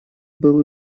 был